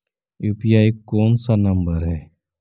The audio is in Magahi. यु.पी.आई कोन सा नम्बर हैं?